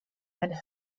and